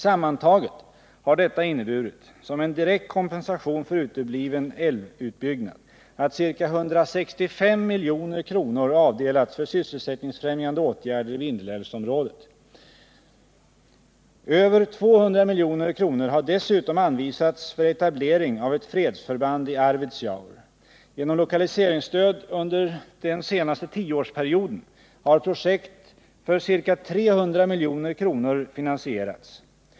Sammantaget har detta inneburit — som en direkt kompensation för utebliven älvutbyggnad — att ca 165 milj.kr. avdelats för sysselsättningsfrämjande åtgärder i Vindelälvsområdet. Över 200 milj.kr. har dessutom anvisats för etablering av ett fredsförband i Arvidsjaur. Genom lokaliseringsstöd under den senaste tioårsperioden har projekt för ca 300 milj.kr. finansierats.